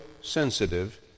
sensitive